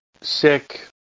sick